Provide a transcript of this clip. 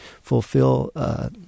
fulfill –